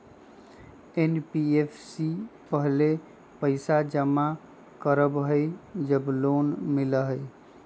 NBFC पहले पईसा जमा करवहई जब लोन मिलहई?